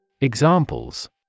Examples